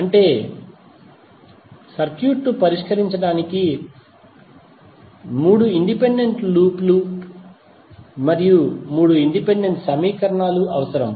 అంటే సర్క్యూట్ను పరిష్కరించడానికి 3 ఇండిపెండెంట్ లూప్ లు మరియు 3 ఇండిపెండెంట్ సమీకరణాలు అవసరం